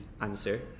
answer